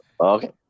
Okay